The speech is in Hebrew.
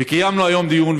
וקיימנו היום דיון,